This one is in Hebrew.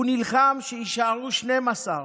הוא נלחם שיישארו 12,